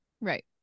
Right